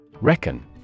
RECKON